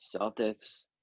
Celtics